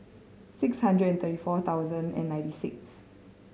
six hundred and thirty four thousand and ninety six